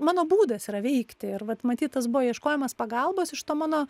mano būdas yra veikti ir vat matyt tas buvo ieškojimas pagalbos iš to mano